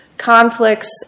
conflicts